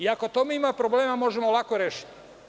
Ako tamo ima problema možemo lako rešiti.